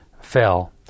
fell